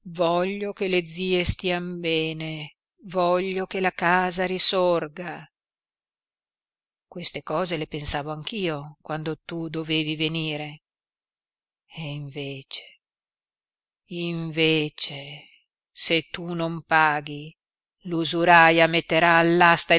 voglio che le zie stian bene voglio che la casa risorga queste cose le pensavo anch'io quando tu dovevi venire e invece invece se tu non paghi l'usuraia metterà